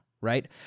right